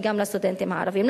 וגם לסטודנטים הערבים.